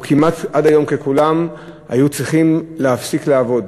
או כמעט, עד היום, כולם, היו צריכים להפסיק לעבוד,